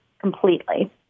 completely